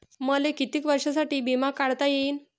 मले कितीक वर्षासाठी बिमा काढता येईन?